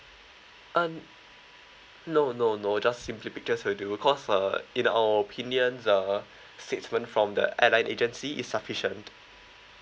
uh n~ no no no just simply pictures will do because uh in our opinion uh statement from the airline agency is sufficient